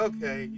Okay